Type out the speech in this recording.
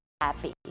happy